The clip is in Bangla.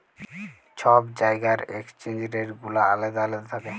ছব জায়গার এক্সচেঞ্জ রেট গুলা আলেদা আলেদা থ্যাকে